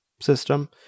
system